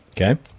Okay